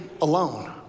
alone